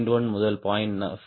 1 முதல் 0